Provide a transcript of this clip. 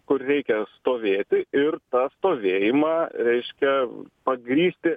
kur reikia stovėti ir tą stovėjimą reiškia pagrįsti